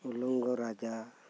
ᱩᱞᱚᱝᱜᱚ ᱨᱟᱡᱟ